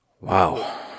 Wow